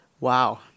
Wow